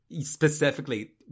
specifically